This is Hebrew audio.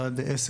ועד ל-10,